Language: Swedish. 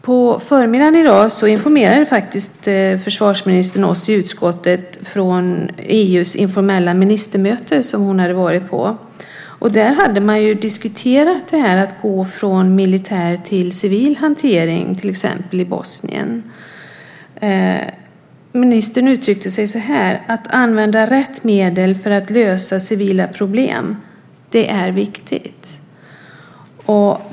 På förmiddagen i dag informerade försvarsministern faktiskt oss i utskottet om EU:s informella ministermöte som hon hade varit på. Där hade man diskuterat detta med att gå från militär till civil hantering till exempel i Bosnien. Ministern uttryckte sig på följande sätt: Att använda rätt medel för att lösa civila problem är viktigt.